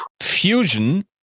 Fusion